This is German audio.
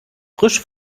frisch